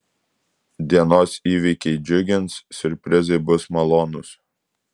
dienos įvykiai džiugins siurprizai bus malonūs